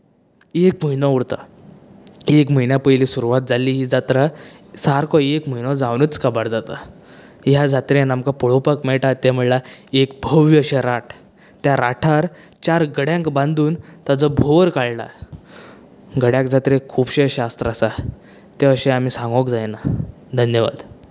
एक म्हयनो उरता एक म्हयन्या पयलीं सुरवात जाल्ली ही जात्रा सारको एक म्हयनो जावनूच काबार जाता ह्या जात्रेन आमकां पळोवपाक मेळटा तें म्हळ्यार एक भव्य अशें राट त्या राटार चार गड्यांक बांदून ताचो भोंवर काडलां गड्यां जात्रेक खुबशें शास्र आसता तें अशें आमी सांगूक जायना